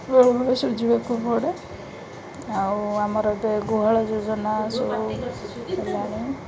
ବେଳେବେଳେ ଶୁଝିବାକୁ ପଡ଼େ ଆଉ ଆମର ଏବେ ଗୁହାଳ ଯୋଜନା ସବୁ ହେଲାଣି